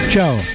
Ciao